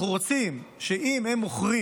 אנחנו רוצים, אם הם מוכרים